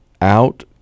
out